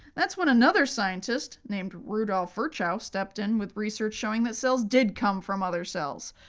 that's when another scientist named rudolph virchow, stepped in with research showing that cells did come from other cells,